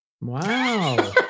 Wow